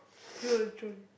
true true